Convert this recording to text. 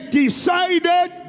decided